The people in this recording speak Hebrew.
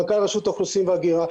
מנכ"ל רשות האוכלוסין וההגירה,